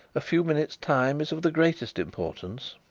a few minutes' time is of the greatest importance